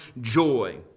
joy